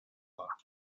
war